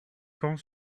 quand